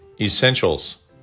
Essentials